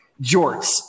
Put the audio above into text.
jorts